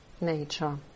nature